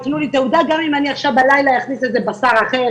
ייתנו לי תעודה גם אם אני עכשיו בלילה אכניס בשר אחר,